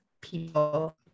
people